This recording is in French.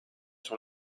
sur